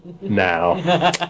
now